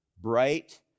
bright